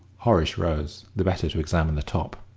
horace rose, the better to examine the top.